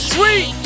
Sweet